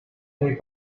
muy